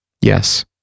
Yes